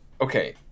Okay